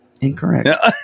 Incorrect